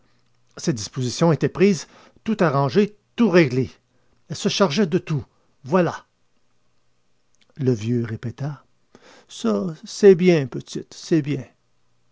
ses dispositions étaient prises tout arrangé tout réglé elle se chargeait de tout voilà le vieux répéta ça c'est bien petite c'est bien